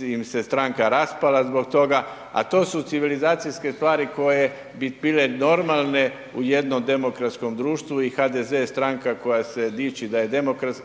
im se stranka raspala zbog toga, a to su civilizacijske stvari koje bi bile normalne u jednom demokratskom društvu i HDZ je stranka koja se diči da je